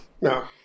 no